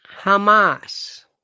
Hamas